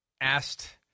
asked